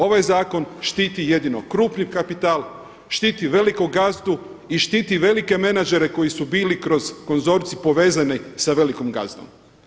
Ovaj zakon štiti jedino krupni kapital, štiti velikog gazdu i štiti velike menadžere koji su bili kroz konzorcij povezani sa velikim gazdom.